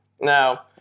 Now